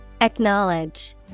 Acknowledge